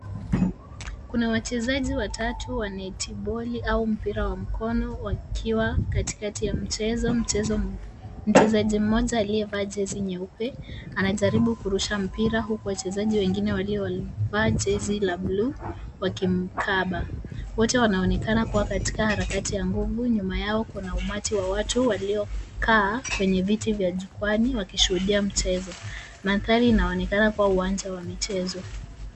Kuna wachezaji watatu wanetiboli au mpira wa mkono wakiwa katikati ya mchezo. Mchezo mchezaji mmoja aliyevaa jezi nyeupe anajaribu kurusha mpira huku wachezaji wengine walio waliovaa jezi la bluu wakimkaba. Wote wanaonekana kuwa katika harakati ya nguvu. Nyuma yao kuna umati wa watu walio kaa kwenye viti vya jukwaani wakishuhudia mchezo. Mandhari inaonekana kuwa uwanja wa michezo.